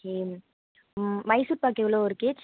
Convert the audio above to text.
சரி மைசூர்பாக் எவ்வளோ ஒரு கேஜி